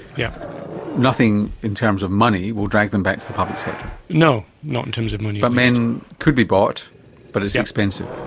yeah nothing in terms of money will drag them back to the public sector. no, not in terms of money. but men could be bought but it's expensive.